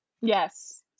Yes